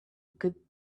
good